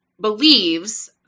believes